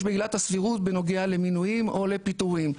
בעילת הסבירות בנוגע למינויים או לפיטורים,